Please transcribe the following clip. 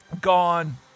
gone